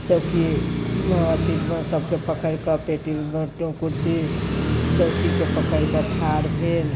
चौकी अथी सभके पकड़ि कऽ पेटी टेबुल कुर्सी सभचीजके पकड़ि कऽ ठाड़ भेल